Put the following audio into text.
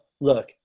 look